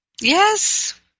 Yes